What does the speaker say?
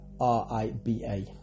R-I-B-A